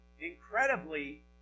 incredibly